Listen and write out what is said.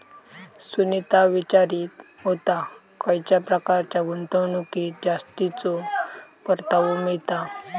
सुनीता विचारीत होता, खयच्या प्रकारच्या गुंतवणुकीत जास्तीचो परतावा मिळता?